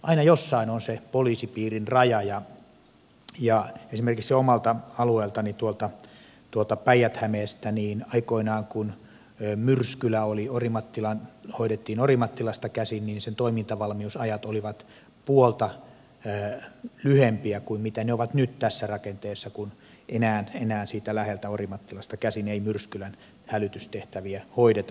aina jossain on se poliisipiirin raja ja esimerkiksi omalla alueellani tuolla päijät hämeessä aikoinaan kun myrskylä hoidettiin orimattilasta käsin sen toimintavalmiusajat olivat puolta lyhempiä kuin mitä ne ovat nyt tässä rakenteessa kun enää siitä läheltä orimattilasta käsin ei myrskylän hälytystehtäviä hoideta